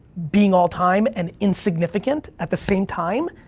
being all time and insignificant at the same time,